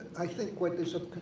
i think what.